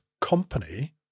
company